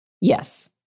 yes